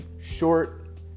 short